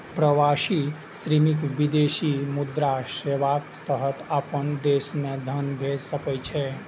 प्रवासी श्रमिक विदेशी मुद्रा सेवाक तहत अपना देश मे धन भेज सकै छै